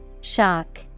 Shock